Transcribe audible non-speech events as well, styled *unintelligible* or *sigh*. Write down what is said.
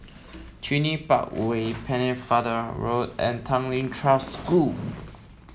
*unintelligible* Park Way Pennefather Road and Tanglin Trust School